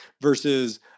versus